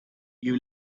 you